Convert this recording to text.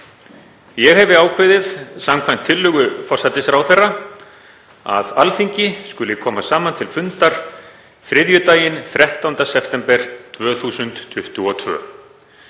Ég hefi ákveðið, samkvæmt tillögu forsætisráðherra, að Alþingi skuli koma saman til fundar þriðjudaginn 13. september 2022.